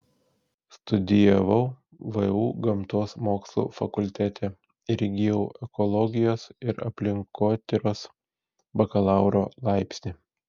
studijavau vu gamtos mokslų fakultete ir įgijau ekologijos ir aplinkotyros bakalauro laipsnį